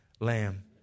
Lamb